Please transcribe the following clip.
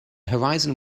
horizon